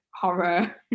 horror